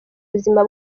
ubuzima